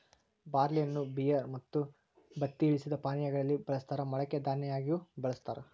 ಬಾರ್ಲಿಯನ್ನು ಬಿಯರ್ ಮತ್ತು ಬತ್ತಿ ಇಳಿಸಿದ ಪಾನೀಯಾ ಗಳಲ್ಲಿ ಬಳಸ್ತಾರ ಮೊಳಕೆ ದನ್ಯವಾಗಿಯೂ ಬಳಸ್ತಾರ